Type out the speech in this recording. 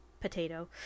potato